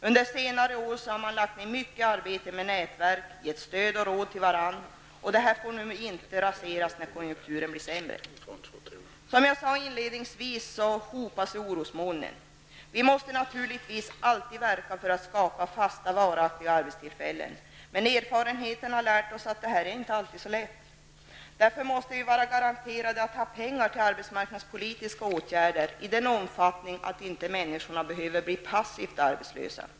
Under senare år har man lagt ned mycket arbete med nätverk, gett stöd och råd till varandra. Detta får inte raseras nu när konjunkturen blir sämre. Som jag sade inledningsvis så hopar sig orosmolnen över Norrbotten. Vi måste naturligtvis alltid verka för att skapa fasta och varaktiga arbetstillfällen. Men erfarenheten har lärt oss att det inte alltid är så lätt. Därför måste vi vara garanterade att ha pengar för arbetsmarknadspolitiska åtgärder i den omfattningen att människor inte skall behöva bli passivt arbetslösa.